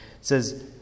says